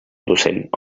docent